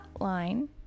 line